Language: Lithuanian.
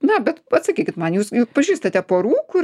na bet pasakykit man jūs pažįstate porų kur